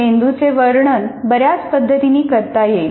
मेंदूचे वर्णन बऱ्याच पद्धतींनी करता येईल